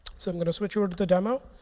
so i'm going to switch over to the demo.